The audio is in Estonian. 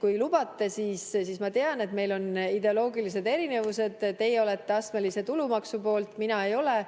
Kui te lubate: ma tean, et meil on ideoloogilised erinevused, teie olete astmelise tulumaksu poolt, mina ei ole,